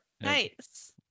Nice